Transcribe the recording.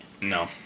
No